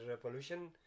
pollution